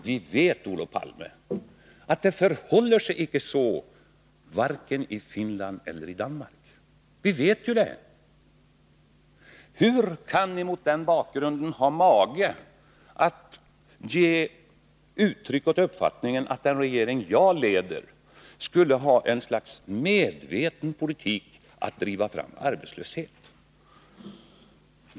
Vi vet, Olof Palme, att det inte förhåller sig så i vare sig Finland eller Danmark. Hur kan ni mot den bakgrunden ha mage att ge uttryck åt uppfattningen att den regering som jag leder medvetet skulle föra en politik som driver fram arbetslöshet?